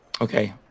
Okay